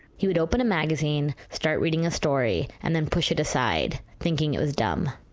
he would open a magazine, start reading a story and then push it aside, thinking it was dumb.